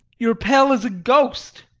you are pale as a ghost.